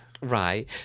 Right